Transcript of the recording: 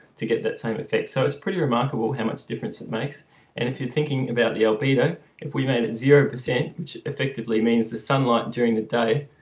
to get that same effect so it's pretty remarkable how much difference it makes and if you're thinking about the albedo if we made it zero percent which effectively means the sunlight during the day